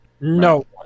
No